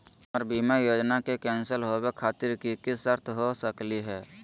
हमर बीमा योजना के कैन्सल होवे खातिर कि कि शर्त हो सकली हो?